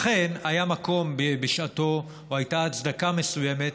לכן היה מקום בשעתו, או הייתה הצדקה מסוימת,